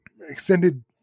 extended